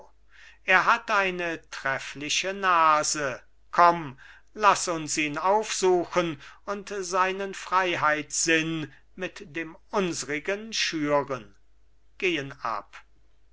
er hat eine treffliche nase komm laß uns ihn aufsuchen und seinen freiheitssinn mit dem unsrigen schüren gehen ab